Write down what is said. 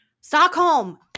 Stockholm